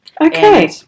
Okay